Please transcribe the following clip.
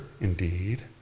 indeed